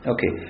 Okay